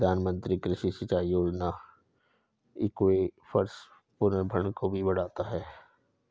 प्रधानमंत्री कृषि सिंचाई योजना एक्वीफर्स के पुनर्भरण को भी बढ़ाता है